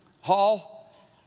hall